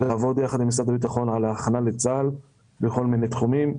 לעבוד יחד עם משרד הביטחון על ההכנה לצה"ל בכל מיני תחומים.